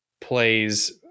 Plays